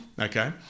Okay